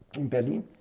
in berlin,